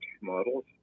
models